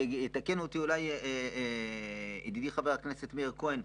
ויתקן אותי אולי ידידי חבר הכנסת מאיר כהן,